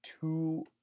two